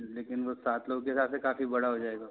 लेकिन वो सात लोग के हिसाब से काफ़ी बड़ा हो जाएगा